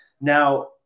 Now